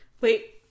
Wait